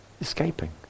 Escaping